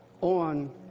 on